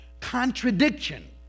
contradiction